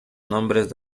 nombres